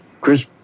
Chris